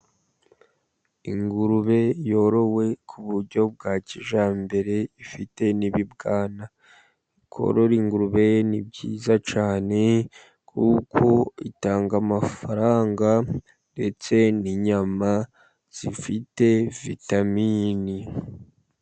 Ingurube yorowe mu buryo bwa kijyambere, ifite n'ibibwana. Korora ingurube ni byiza cyane kuko zitanga amafaranga ndetse n'inyama zifite vitamini.